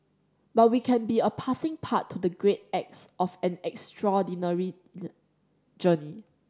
but we can be a passing part to the great acts of an extraordinary journey